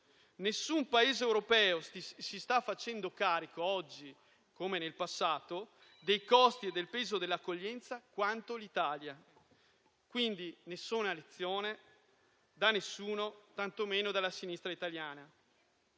Nessun Paese europeo si sta facendo carico oggi, come nel passato, dei costi e del peso dell'accoglienza quanto l'Italia; quindi nessuna lezione, da nessuno, tanto meno dalla sinistra italiana.